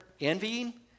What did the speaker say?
envying